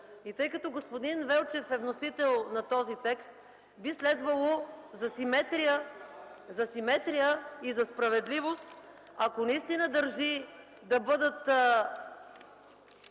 Тъй като господин Велчев е вносител на този текст, би следвало за симетрия и справедливост, ако наистина държи да бъдат